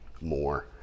more